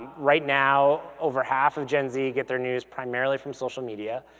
right now, over half of gen-z yeah get their news primarily from social media,